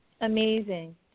Amazing